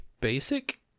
basic